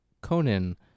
Conan